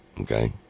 okay